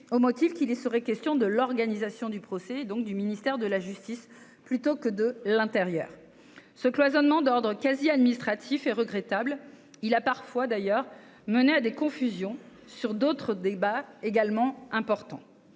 au motif qu'il y serait question de l'organisation du procès et donc du ministère de la justice, plutôt que de l'intérieur ce cloisonnement d'ordre quasi-administratifs et regrettable, il a parfois d'ailleurs mené à des confusions sur d'autres débats également important